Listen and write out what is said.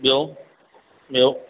ॿियों ॿियों